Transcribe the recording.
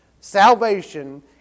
salvation